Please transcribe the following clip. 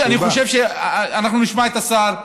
אני חושב שאנחנו נשמע את השר.